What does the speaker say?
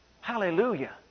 Hallelujah